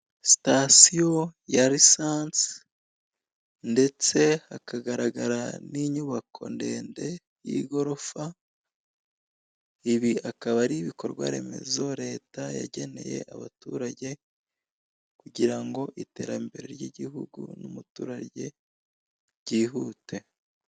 Sitasiyo ya resanse ndetse hakagaragara n'inyubako ndede y'igorofa ibi akaba ari bibikorwaremezo leta yageneye abaturage kugirango iterambere ry'igihugu n'umuturage ryihute.